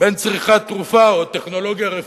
בין צריכת תרופה או טכנולוגיה רפואית,